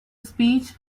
speech